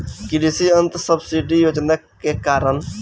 कृषि यंत्र सब्सिडी योजना के कारण?